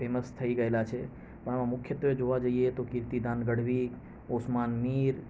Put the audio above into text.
famous થઈ ગએલા છે પણ મુખ્યત્વે જોવા જઈએ તો કીર્તીદાન ગઢવી ઓસમાન મીર